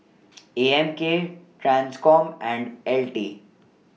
A M K TRANSCOM and L T